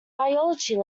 biology